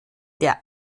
der